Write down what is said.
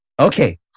Okay